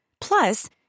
Plus